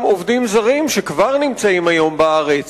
יש גם עובדים זרים שכבר נמצאים היום בארץ